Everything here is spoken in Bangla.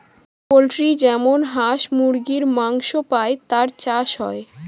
পোল্ট্রি যেমন হাঁস মুরগীর মাংস পাই তার চাষ হয়